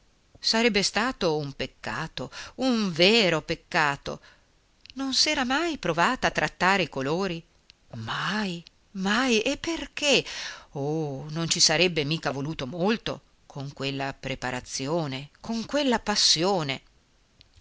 sarebbe stato un peccato un vero peccato non s'era mai provata a trattare i colori mai mai perché oh non ci sarebbe mica voluto molto con quella preparazione con quella passione